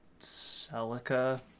Celica